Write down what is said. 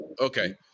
Okay